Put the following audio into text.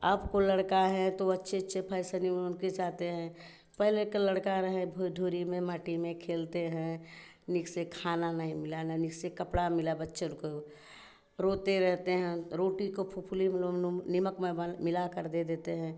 अब को लड़का हैं तो अच्छे अच्छे फैसनें ओनके चाहते हैं पहले के लड़का रहे भुइ धूरी में माटी में खेलते हैं नीक सेक खाना नहीं मिला ना नीक सेक कपड़ा मिला बच्चों को रोते रहते हैं रोटी को फुफुली में नूम नूम नमक में मिलाकर दे देते हैं